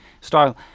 style